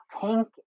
pink